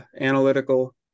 analytical